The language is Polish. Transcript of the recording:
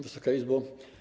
Wysoka Izbo!